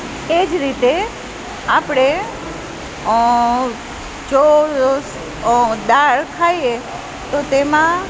એ જ રીતે આપણે જો દાળ ખાઈએ તો તેમાં